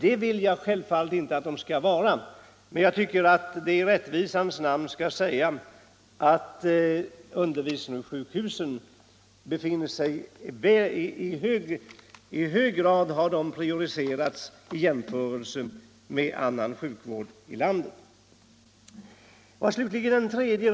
Det vill jag självfallet inte heller att de skall vara, men m.m. jag tycker att det i rättvisans namn skall sägas att undervisningssjukhusen har i hög grad prioriterats framför andra sjukvårdsinrättningar i landet.